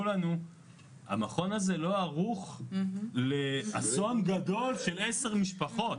לנו שהמכון לא ערוך לאסון גדול של 10 משפחות.